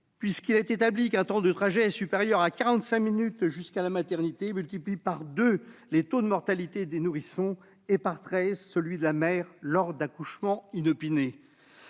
puisqu'il est établi qu'un temps de trajet supérieur à quarante-cinq minutes jusqu'à la maternité multiplie par deux le taux de mortalité des nourrissons et par treize celui de la mère, lors d'accouchements inopinés.